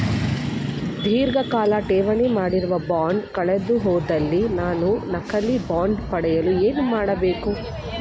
ಧೀರ್ಘಕಾಲ ಠೇವಣಿ ಮಾಡಿರುವ ಬಾಂಡ್ ಕಳೆದುಹೋದಲ್ಲಿ ನಾನು ನಕಲಿ ಬಾಂಡ್ ಪಡೆಯಲು ಏನು ಮಾಡಬೇಕು?